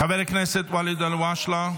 חבר הכנסת ואליד אלהואשלה.